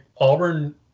Auburn